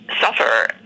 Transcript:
suffer